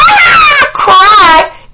cry